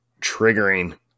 triggering